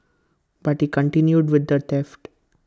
but he continued with the theft